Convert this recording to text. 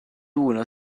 uno